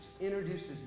introduces